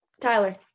Tyler